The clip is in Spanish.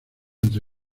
entre